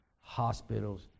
hospitals